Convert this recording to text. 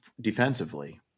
defensively